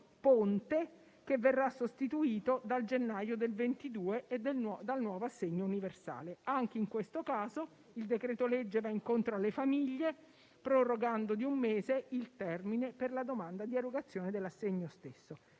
ponte che verrà sostituito, a partire da gennaio 2022, dal nuovo assegno universale. Anche in questo caso il decreto-legge va incontro alle famiglie, prorogando di un mese il termine per la domanda di erogazione dell'assegno stesso.